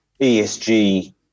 ESG